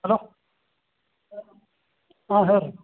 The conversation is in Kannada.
ಹಲೋ ಹಾಂ ಹೇಳ್ರಿ